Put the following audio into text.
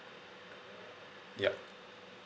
yup